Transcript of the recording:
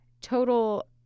Total –